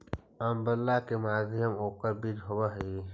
आंवला के मध्य में ओकर बीज होवअ हई